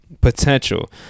potential